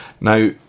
Now